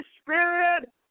Spirit